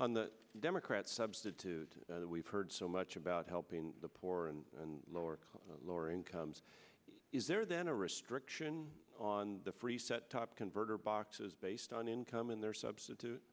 on the democrats substitute that we've heard so much about helping the poor and lower class lower incomes is there then a restriction on the free set top converter boxes based on income in their substitute